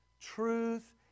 truth